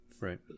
right